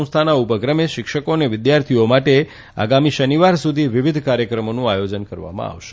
સંસ્થાના ઉપક્રમે શિક્ષકો અને વિદ્યાર્થીઓ માટે આગામી શનિવાર સુધી વિવિધ કાર્યક્રમોનું આયોજન કરવામાં આવશે